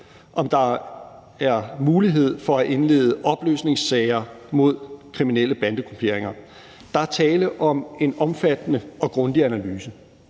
om der er mulighed for at indlede opløsningssager mod kriminelle bandegrupperinger. Der er tale om en omfattende og grundig analyse.